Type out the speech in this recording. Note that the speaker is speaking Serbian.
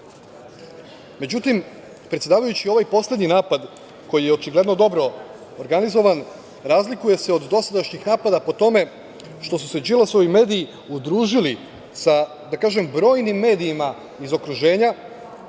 krug.Međutim, predsedavajući, ovaj poslednji napad, koji je očigledno dobro organizovan, razlikuje se od dosadašnjih napada po tome što su se Đilasovi mediji udružili sa brojnim medijima iz okruženja,